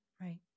Right